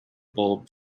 bulb